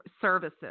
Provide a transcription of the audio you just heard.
services